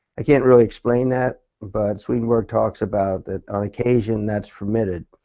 i can't really explain that but swedenborg talks about that on occasion that is permitted.